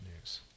news